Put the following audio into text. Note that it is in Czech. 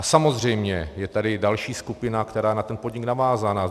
Samozřejmě je tady další skupina, která je na ten podnik navázána.